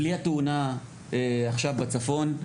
בלי התאונה עכשיו בצפון,